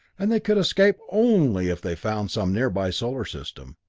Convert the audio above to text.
and they could escape only if they found some near-by solar system.